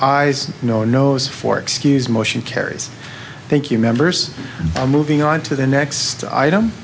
eyes no nos four excuse motion carries thank you members are moving on to the next item